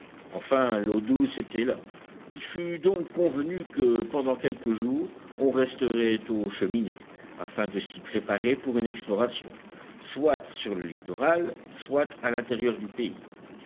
enfin l'eau douce était là il fut donc convenu que pendant quelques jours on resterait aux cheminées afin de s'y préparer pour une exploration soit sur le littoral soit à l'intérieur du pays